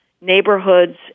neighborhoods